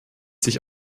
sich